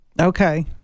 Okay